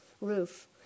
roof